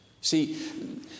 See